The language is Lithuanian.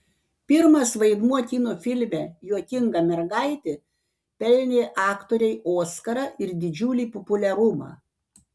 pirmas vaidmuo kino filme juokinga mergaitė pelnė aktorei oskarą ir didžiulį populiarumą